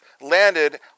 landed